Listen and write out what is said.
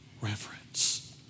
reverence